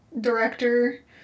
director